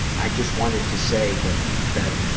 i just wanted to say that, that,